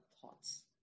thoughts